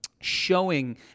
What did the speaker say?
showing